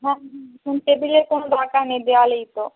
হ্যাঁ টেবিলের কোনো দরকার নেই দেয়ালেই তো